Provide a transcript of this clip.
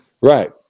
Right